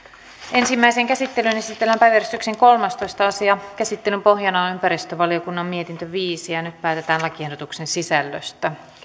ensimmäiseen käsittelyyn esitellään päiväjärjestyksen kolmastoista asia käsittelyn pohjana on ympäristövaliokunnan mietintö viisi nyt päätetään lakiehdotuksen sisällöstä